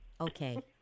okay